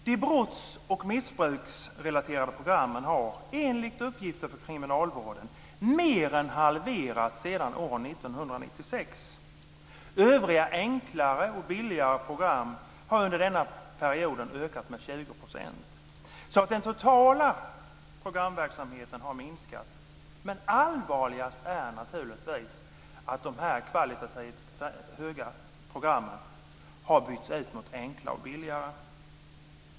De brotts och missbruksrelaterade programmen har enligt uppgifter från kriminalvården mer än halverats sedan år 1996. Övriga enklare och billigare program har under denna period ökat med 20 %. Den totala programverksamheten har minskat, men allvarligast är naturligtvis att dessa program med hög kvalitet har bytts ut mot enklare och billigare.